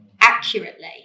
accurately